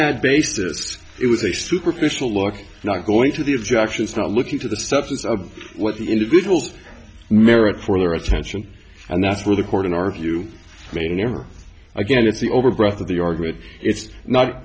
that basis it was a superficial look not going to the objections not looking to the substance of what the individual merit for their attention and that's where the court in our view may never again it's the overgrowth of the order it it's not